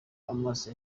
amaso